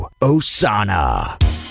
Osana